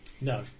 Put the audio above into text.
No